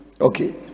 Okay